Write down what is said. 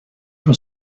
for